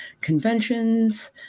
conventions